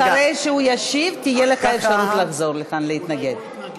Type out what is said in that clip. אחרי שהוא ישיב תהיה לך אפשרות לחזור לכאן להתנגד.